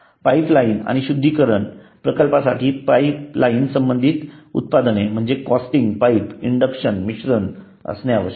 pipeline आणि शुद्धीकरण प्रकल्पांसाठी पाईपलाईन संबंधित उत्पादने म्हणजे कोटिंग पाईप इंडक्शन मिश्रण आवश्यक आहेत